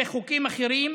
וחוקים אחרים